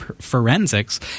forensics